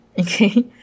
Okay